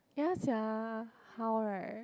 ya sia how right